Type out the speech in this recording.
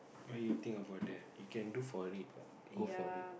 why you think about that you can do for it what go for it